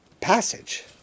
passage